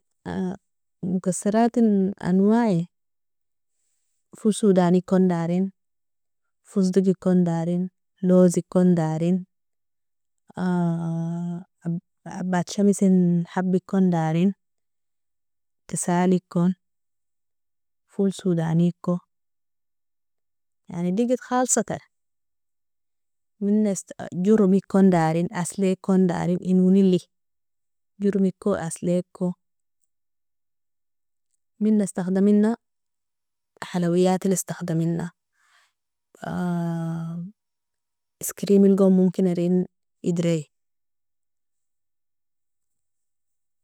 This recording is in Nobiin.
- mukasratin anwae fol sudanikon darin, fosdogikon darin, lozikon darin, abadshamisen habikon darin, tesalikon, fol sudaniko, yani digid khalstar mina joromikon darin, aslikon darin, inounili joromiko, asliko, mina istahdamina halawiyati listahdamina iskrimilgon momkina erin idrei.